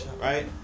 right